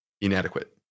inadequate